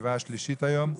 הישיבה השלישית היום.